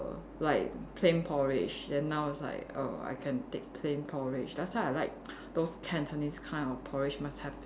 err like plain porridge then now it's like err I can take plain porridge last time I like those Cantonese kind of porridge must have